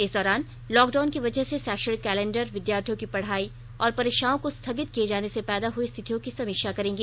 इस दौरान लॉकडाउन की वजह से शैक्षणिक कैलेंडर विद्यार्थियों की पढाई और परीक्षाओं को स्थगित किए जाने से पैदा हई रिथतियों की समीक्षा करेंगी